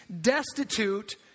destitute